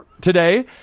today